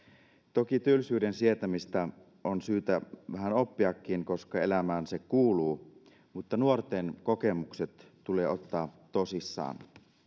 toki tylsyyden sietämistä on syytä vähän oppiakin koska elämään se kuuluu mutta nuorten kokemukset tulee ottaa tosissaan